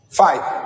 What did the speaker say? five